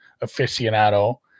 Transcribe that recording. aficionado